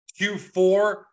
Q4